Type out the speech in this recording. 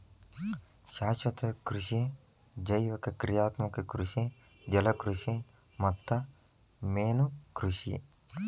ಶಾಶ್ವತ ಕೃಷಿ ಜೈವಿಕ ಕ್ರಿಯಾತ್ಮಕ ಕೃಷಿ ಜಲಕೃಷಿ ಮತ್ತ ಮೇನುಕೃಷಿ